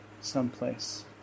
someplace